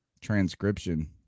transcription